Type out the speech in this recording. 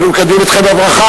אנחנו מקדמים אתכם בברכה.